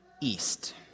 east